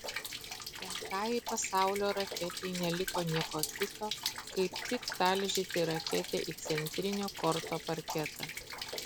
penktajai pasaulio raketei neliko nieko kito kaip tik talžyti raketę į centrinio korto parketą